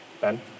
Ben